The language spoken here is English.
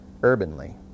urbanly